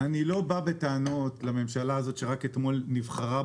אני לא בא בטענות לממשלה הזאת שרק אתמול נבחרה.